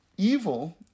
Evil